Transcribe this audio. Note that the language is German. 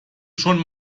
schon